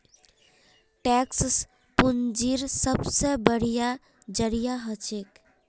tax पूंजीर सबसे बढ़िया जरिया हछेक